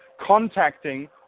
contacting